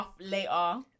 later